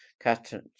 Catherine